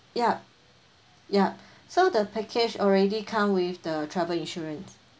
yup yup so the package already come with the travel insurance